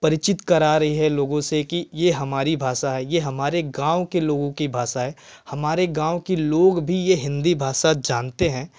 परिचित करा रही है लोगों से कि यह हमारी भाषा है यह हमारे गाँव के लोगों की भाषा है हमारे गाँव के लोग भी यह हिंदी भाषा जानते हैं